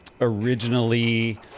Originally